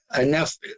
enough